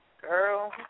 Girl